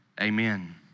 Amen